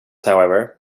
however